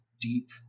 deep